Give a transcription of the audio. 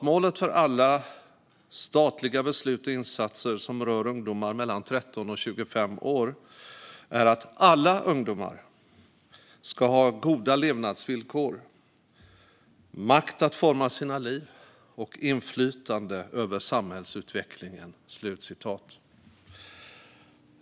Målet för alla statliga beslut och insatser som rör ungdomar mellan 13 och 25 år är att "alla ungdomar ska ha goda levnadsvillkor, makt att forma sina liv och inflytande över samhällsutvecklingen".